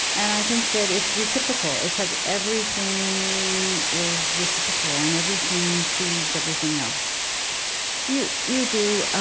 and i think that it's reciprocal. it's like, everything is reciprocal, and everything feeds everything else you you do